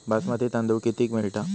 बासमती तांदूळ कितीक मिळता?